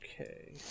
Okay